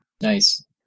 Nice